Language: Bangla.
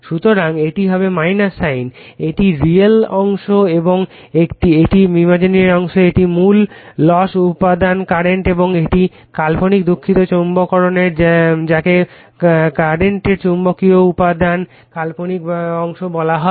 সুতরাং এটি হবে - সাইন এটি রিয়েল অংশ এবং এটি ইমাজিনারি অংশ এটি মূল লস উপাদান কারেন্ট এবং এটি কাল্পনিক দুঃখিত চৌম্বককরণ যাকে কারেন্টের চুম্বকীয় উপাদানে কাল্পনিক অংশ বলা হয়